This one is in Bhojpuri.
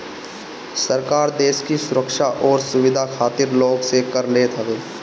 सरकार देस के सुरक्षा अउरी सुविधा खातिर लोग से कर लेत हवे